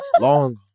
Long